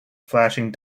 flashing